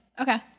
okay